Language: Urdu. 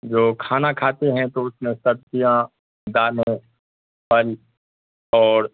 جو کھانا کھاتے ہیں تو اس میں سبزیاں دالیں پھل اور